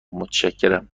متشکرم